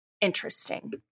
interesting